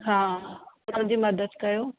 हा तव्हां मुंहिंजी मददु कयो